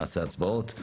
נעשה הצבעות.